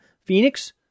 Phoenix